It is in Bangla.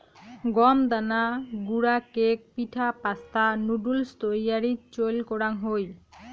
গম দানা গুঁড়া কেক, পিঠা, পাস্তা, নুডুলস তৈয়ারীত চইল করাং হই